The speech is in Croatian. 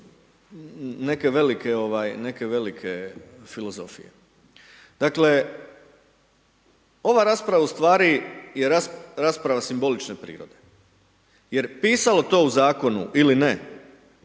neke velike filozofije. Dakle, ova rasprava u stvari je rasprava simbolične prirode, jer pisalo to u zakonu ili ne